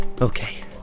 Okay